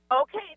Okay